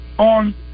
On